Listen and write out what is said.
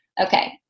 Okay